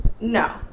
No